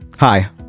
Hi